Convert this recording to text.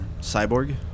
Cyborg